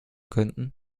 könnten